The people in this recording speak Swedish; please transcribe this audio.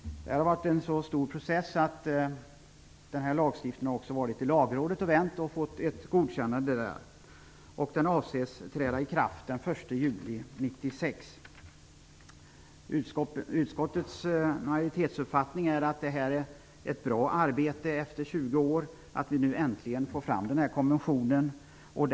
Det har varit en stor process. Lagstiftningen har varit i Lagrådet och vänt och fått ett godkännande där. Utskottets majoritets uppfattning är att det är ett bra arbete som har gjorts i och med att vi nu äntligen, efter 20 år, får fram denna konvention.